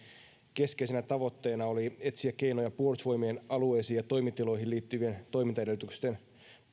keskeisenä tavoitteena oli etsiä keinoja puolustusvoimien alueisiin ja toimitiloihin liittyvien toimintaedellytysten